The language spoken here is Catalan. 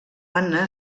anna